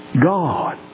God